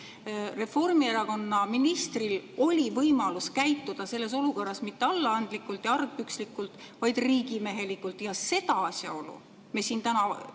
Reformierakonna ministril oli võimalik käituda selles olukorras mitteallaandlikult ja argpükslikult, vaid riigimehelikult. Ja seda asjaolu me siin täna